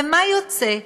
ומה יוצא?